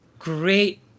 great